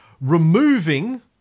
removing